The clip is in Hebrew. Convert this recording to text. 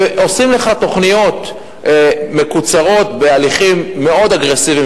ועושים לך תוכניות מקוצרות בהליכים מאוד אגרסיביים,